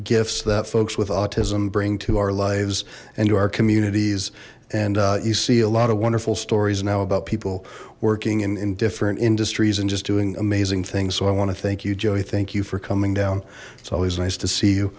gifts that folks with autism bring to our lives and to our communities and you see a lot of wonderful stories now about people working in different industries and just doing amazing things so i want to thank you joey thank you for coming down it's always nice to see you